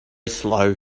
slow